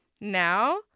Now